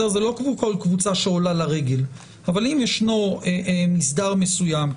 אלה לא כמו כל קבוצה שעולה לרגל אלא למשל מסדר מסוים,